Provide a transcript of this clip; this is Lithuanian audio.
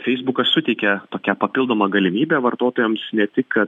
feisbukas suteikia tokią papildomą galimybę vartotojams ne tik kad